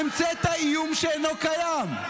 המצאת איום שאינו קיים.